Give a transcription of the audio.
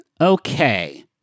Okay